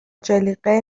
جلیقه